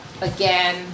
again